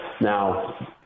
Now